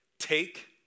Take